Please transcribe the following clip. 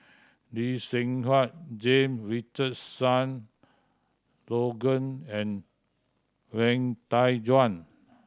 Lee Seng Huat James Richardson Logan and Wang Dayuan